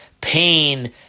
pain